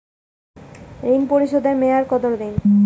ঋণ পরিশোধের মেয়াদ কত দিন?